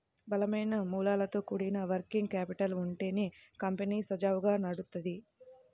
బలమైన మూలాలతో కూడిన వర్కింగ్ క్యాపిటల్ ఉంటేనే కంపెనీ సజావుగా నడుత్తది